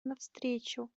навстречу